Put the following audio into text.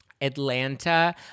Atlanta